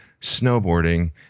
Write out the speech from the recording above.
snowboarding